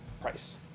price